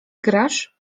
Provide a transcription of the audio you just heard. grasz